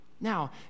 Now